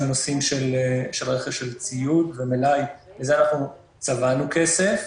גם בנושאים של רכש של ציוד ומלאי - לזה "צבענו" כסף.